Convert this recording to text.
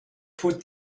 put